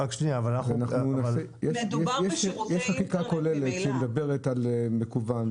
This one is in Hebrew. יש חקיקה כוללת שמדברת על מקוון,